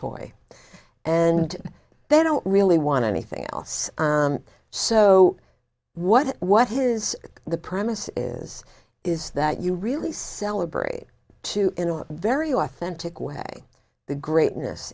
toy and they don't really want anything else so what what is the promise is is that you really celebrate too in a very authentic way the greatness